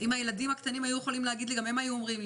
גדולה מאוד.